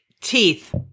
teeth